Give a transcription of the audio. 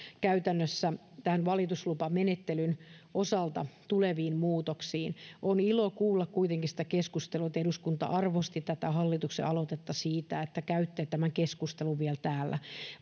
käytännössä näihin valituslupamenettelyn osalta tuleviin muutoksiin on ilo kuulla kuitenkin sitä keskustelua että eduskunta arvosti tätä hallituksen aloitetta siitä että käytte tämän keskustelun vielä täällä